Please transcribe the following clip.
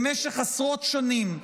במשך עשרות שנים,